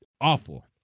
awful